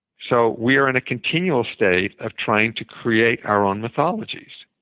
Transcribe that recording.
so we are in a continual state of trying to create our own mythologies.